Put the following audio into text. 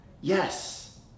Yes